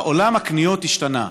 עולם הקניות השתנה.